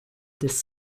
this